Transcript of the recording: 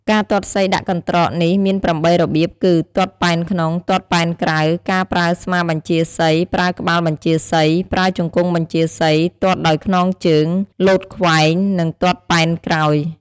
ការទាត់សីដាក់កន្ត្រកនេះមាន ៨ របៀបគឺ ទាត់ពែនក្នុង ទាត់ពែនក្រៅ ការប្រើស្មាបញ្ជាសី ប្រើក្បាលបញ្ជាសី ប្រើជង្កង់បញ្ជាសីទាត់ដោយខ្នងជើង លោតខ្វែង និង ទាត់ពែនក្រោយ ។